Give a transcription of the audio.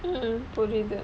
mmhmm புரிது:puritu